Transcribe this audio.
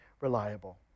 reliable